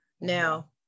Now